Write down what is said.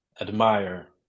admire